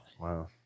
wow